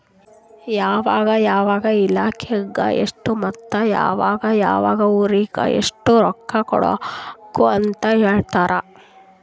ಯಾವ ಯಾವ ಇಲಾಖೆಗ ಎಷ್ಟ ಮತ್ತ ಯಾವ್ ಯಾವ್ ಊರಿಗ್ ಎಷ್ಟ ರೊಕ್ಕಾ ಕೊಡ್ಬೇಕ್ ಅಂತ್ ಹೇಳ್ತಾರ್